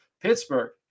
Pittsburgh